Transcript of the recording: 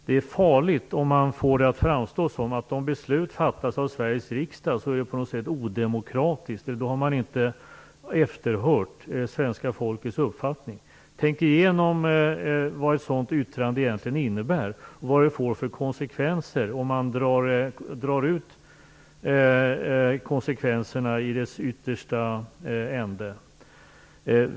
Det är farligt om man får det att framstå som att om beslut fattas av Sveriges riksdag är det på något sätt odemokratiskt. Då har man inte efterhört svenska folkets uppfattning. Tänk igenom vad ett sådant yttrande egentligen innebär! Tänk igenom vad det får för konsekvenser om man drar ut det till det yttersta!